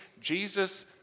Jesus